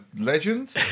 legend